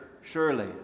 surely